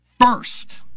first